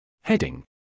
Heading